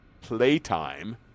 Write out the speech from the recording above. playtime